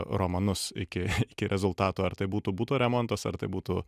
romanus iki iki rezultatų ar tai būtų buto remontas ar tai būtų